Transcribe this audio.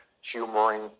humoring